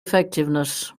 effectiveness